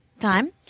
Time